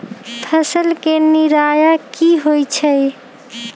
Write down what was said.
फसल के निराया की होइ छई?